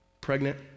pregnant